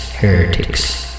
Heretics